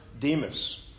Demas